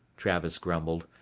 travis grumbled.